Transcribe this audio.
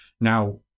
Now